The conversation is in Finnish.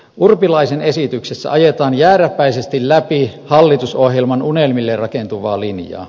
urpilaisen esityksessä ajetaan jääräpäisesti läpi hallitusohjelman unelmille rakentuvaa linjaa